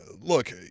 look